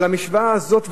אבל המשוואה הזאת,